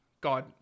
God